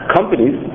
Companies